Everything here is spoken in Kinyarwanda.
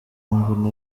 ngo